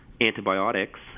antibiotics